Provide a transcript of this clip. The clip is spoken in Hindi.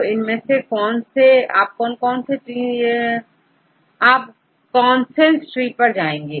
तो इसके लिए आप कोनसेन्स ट्री पर जाएंगे